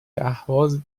اهواز